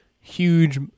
huge